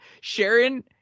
Sharon